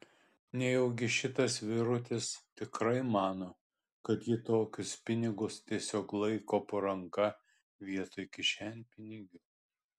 nejaugi šitas vyrutis tikrai mano kad ji tokius pinigus tiesiog laiko po ranka vietoj kišenpinigių